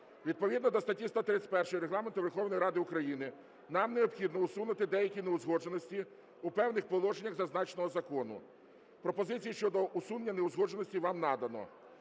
Відповідно до статті 131 Регламенту Верховної Ради України нам необхідно усунути деякі неузгодженості у певних положеннях зазначеного закону. Пропозиції щодо усунення неузгодженостей вам надано.